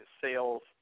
sales